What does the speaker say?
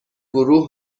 گروه